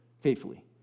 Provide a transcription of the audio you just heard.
faithfully